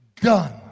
done